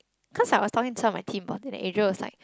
cause I was talking to some of my team but Adria was like